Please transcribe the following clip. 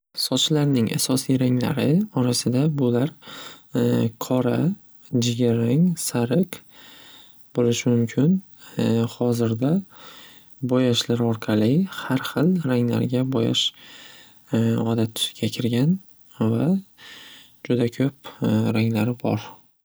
Sochlarning asosiy ranglari orasida bular qora, jigarrang, sariq bo'lishi mumkin. Xozirda bo'yashlar orqali xarxil ranglarga bo'yash odat tusiga kirgan va juda ko'p ranglari bor.